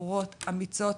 בחורות אמיצות